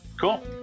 Cool